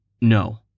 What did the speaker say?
No